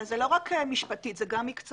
אבל זה לא רק משפטית אלא גם מקצועית.